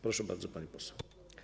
Proszę bardzo, pani poseł.